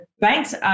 Banks